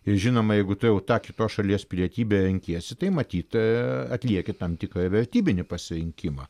ir žinoma jeigu tu jau tą kitos šalies pilietybę renkiesi tai matyt atlieki tam tikrą vertybinį pasirinkimą